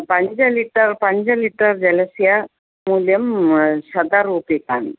पञ्चलिटर् पञ्चलिटर् जलस्य मूल्यं शतं रूप्यकाणि